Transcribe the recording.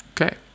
Okay